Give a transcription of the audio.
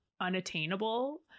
unattainable